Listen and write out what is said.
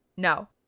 No